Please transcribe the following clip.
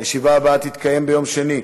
הישיבה הבאה תתקיים ביום שני,